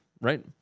right